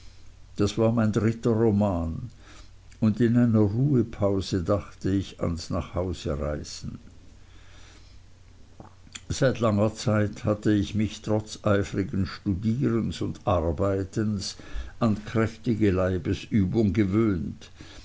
das war mein dritter roman und in einer ruhepause dachte ich ans nachhausereisen seit langer zeit hatte ich mich trotz eifrigen studierens und arbeitens an kräftige leibesübung gewöhnt